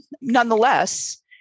Nonetheless